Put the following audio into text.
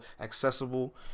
accessible